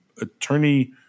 Attorney